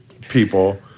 people